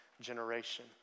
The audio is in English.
generation